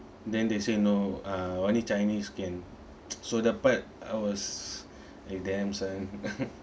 then they say no uh only chinese can so that part I was like damn son